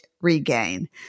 regain